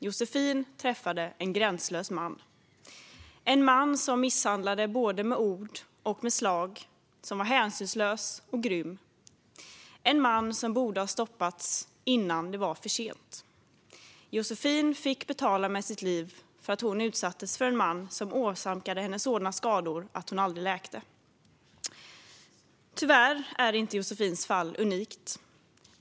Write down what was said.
Josefin träffade en gränslös man, en man som misshandlade både med ord och med slag och som var hänsynslös och grym. Det är en man som borde ha stoppats innan det var för sent. Josefin fick betala med sitt liv, för hon utsattes för en man som åsamkade henne sådana skador att hon aldrig läkte. Tyvärr är inte Josefins fall unikt.